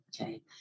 okay